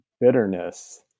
bitterness